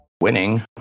Winning